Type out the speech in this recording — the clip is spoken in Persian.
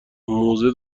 موزه